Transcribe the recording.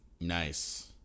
Nice